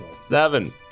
Seven